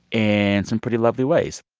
and some pretty lovely ways